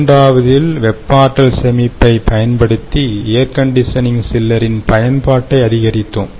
இரண்டாவதில் வெப்ப ஆற்றல் சேமிப்பை பயன்படுத்தி ஏர் கண்டிஷனிங் சில்லரின் பயன்பாட்டை அதிகரித்தோம்